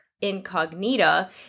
incognita